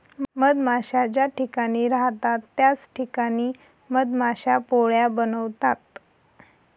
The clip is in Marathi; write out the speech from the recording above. मधमाश्या ज्या ठिकाणी राहतात त्याच ठिकाणी मधमाश्या पोळ्या बनवतात